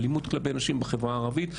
אלימות כלפי נשים בחברה הערבית,